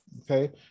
okay